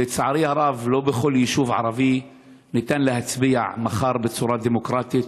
לצערי הרב לא בכל יישוב ערבי ניתן להצביע מחר בצורה דמוקרטית,